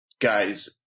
guys